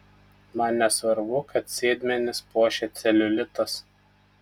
man nesvarbu kad sėdmenis puošia celiulitas